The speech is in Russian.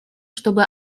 чтобы